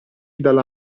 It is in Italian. dalla